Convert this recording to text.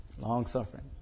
Long-suffering